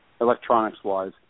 electronics-wise